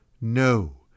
No